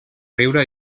riure